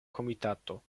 komitato